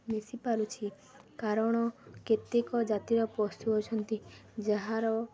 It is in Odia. ମିଶିପାରୁଛି କାରଣ କେତେକ ଜାତିର ପଶୁ ଅଛନ୍ତି ଯାହାର